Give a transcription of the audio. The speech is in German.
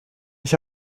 ich